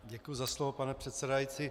Děkuji za slovo, pane předsedající.